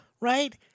Right